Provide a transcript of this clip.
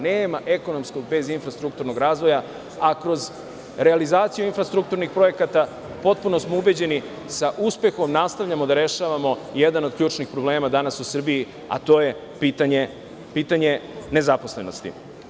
Nema ekonomskog bez infrastrukturnog razvoja, a kroz realizaciju infrastrukturnih projekata, potpuno smo ubeđeni, sa uspehom nastavljamo da rešavamo jedan od ključnih problema danas u Srbiji, a to je pitanje nezaposlenosti.